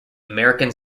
american